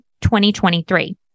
2023